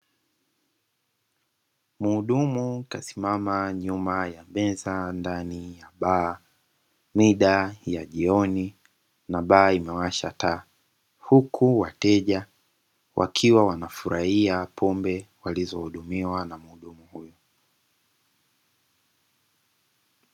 Mhudumu kasimama nyuma ya meza ndani ya baa. Mida ya jioni na baa imewasha taa huku wateja wakiwa wanafurahia, pombe walizowahudumiwa.